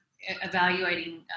evaluating